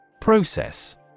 Process